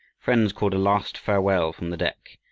friends called a last farewell from the deck,